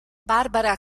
barbara